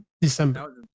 december